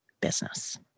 business